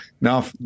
Now